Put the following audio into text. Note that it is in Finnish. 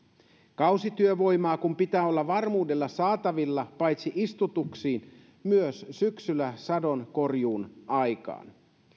kausityövoimaa kun pitää olla varmuudella saatavilla paitsi istutuksiin myös syksyllä sadonkorjuun aikaan